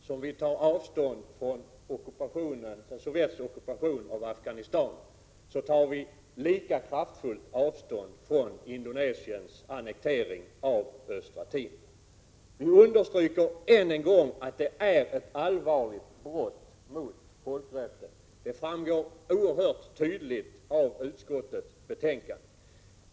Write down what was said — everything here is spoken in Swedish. Herr talman! Lika kraftfullt som vi tar avstånd från Sovjets ockupation av Afghanistan tar vi avstånd från Indonesiens annektering av Östra Timor. Vi understryker än en gång att det är ett allvarligt brott mot folkrätten — det framgår oerhört tydligt av utskottets betänkande.